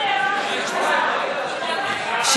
התשע"ז 2016, לוועדת החוץ והביטחון נתקבלה.